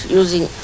using